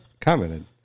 commented